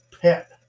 pet